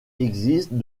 existent